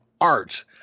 art –